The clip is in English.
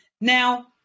Now